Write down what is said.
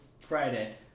Friday